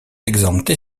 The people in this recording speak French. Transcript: exemptés